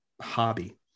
hobby